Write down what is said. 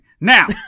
Now